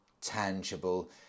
tangible